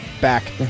back